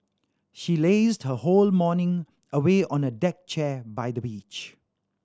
she lazed her whole morning away on a deck chair by the beach